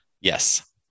Yes